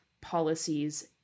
policies